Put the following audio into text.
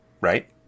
right